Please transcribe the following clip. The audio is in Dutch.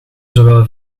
zowel